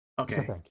Okay